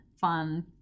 fun